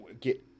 get